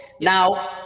Now